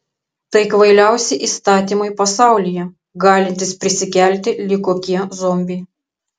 tai kvailiausi įstatymai pasaulyje galintys prisikelti lyg kokie zombiai